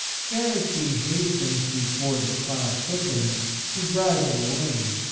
charity hastens before the cloud thickens to drive it away,